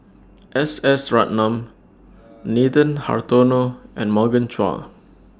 S S Ratnam Nathan Hartono and Morgan Chua